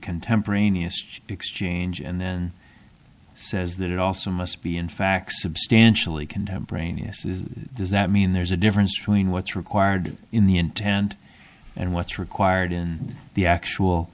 contemporaneous exchange and then says that it also must be in fact substantially contemporaneous does that mean there's a difference between what's required in the intent and what's required in the actual